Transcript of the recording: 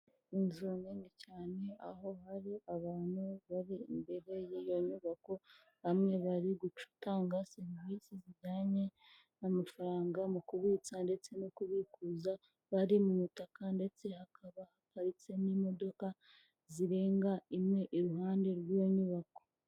Inzu nini cyane aho hari abantu bari imbere y'iyo nyubako bamwe bari gutanga serivisi zijyanye n'amafaranga mu kubitsa ndetse no kubikuza, bari mu butaka ndetse hakaba haparitse n'imodoka zirenga imwe iruhande rw'iyo nyubako.